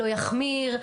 לא יחמיר,